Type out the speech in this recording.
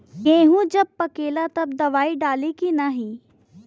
गेहूँ जब पकेला तब दवाई डाली की नाही?